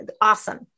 Awesome